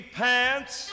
pants